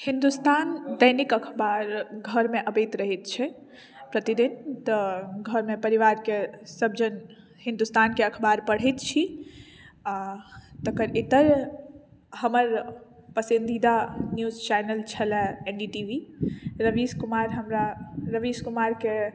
हिन्दुस्तान दैनिक अखबार घर मे अबैत रहैत छै प्रतिदिन तऽ घर मे परिवार के सब जन हिन्दुस्तान के अखबार पढैत छी आ तकर इतर हमर पसन्दीदा न्यूज चैनल छलए N D T V Ravish Kumar हमरा रवीश कुमार के